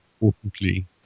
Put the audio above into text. importantly